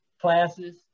classes